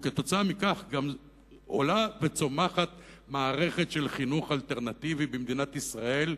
וכתוצאה מכך גם עולה וצומחת מערכת של חינוך אלטרנטיבי במדינת ישראל,